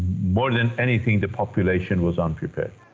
more than anything, the population was unprepared.